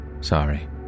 sorry